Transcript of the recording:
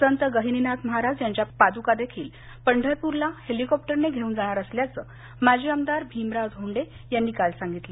संत गहिनीनाथ महाराज यांच्या पादुका देखील पंढरपुरला हेलिकॉप्टरने घेऊन जाणार असल्याचे माजी आमदार भीमराव धोंडे यांनी काल सांगितले